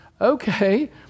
Okay